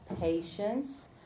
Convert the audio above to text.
patience